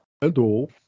Hello